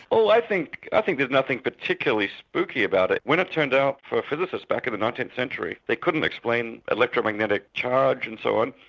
oh i think i think there's nothing particularly spooky about it. when it turned out for physicists back in the nineteenth century they couldn't explain electromagnetic charge and so on,